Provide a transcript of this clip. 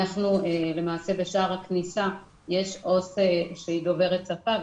למעשה בשער הכניסה יש עו"ס שהיא דוברת שפה,